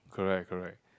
correct correct